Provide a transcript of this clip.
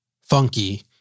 funky